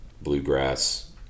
bluegrass